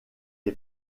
est